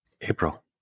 April